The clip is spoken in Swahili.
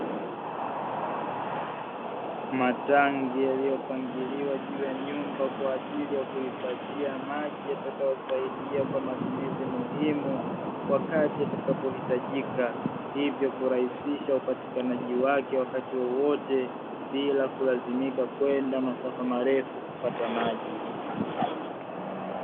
Matangi yaliyopangiliwa juu ya nyumba kwa ajili ya kuhifadhia maji yatakayo saidia kwa matumizi muhimu wakati yatakapo hitajika. Hivyo kurahisisha upatikanaji wake wakati wowote bila kulazimika kwenda masafa marefu kufuata maji.